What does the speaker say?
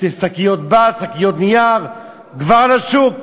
שקיות בד, שקיות נייר, כבר לשוק.